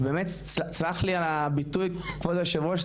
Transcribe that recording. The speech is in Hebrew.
באמת סלח לי על הביטוי כבוד יושב הראש,